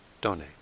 donate